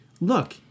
look